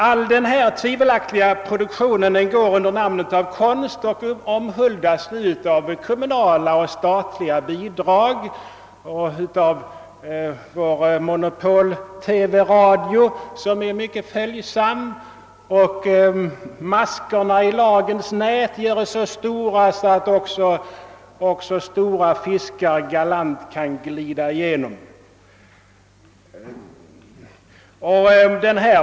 Hela denna tvivelaktiga produktion går under benämningen konst och stödes av kommunala och statliga bidrag. Vårt TV och radiomonopol är därvidlag också mycket följsam. Likaså är maskorna i lagens nät så stora, att till och med stora fiskar galant glider igenom.